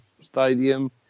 stadium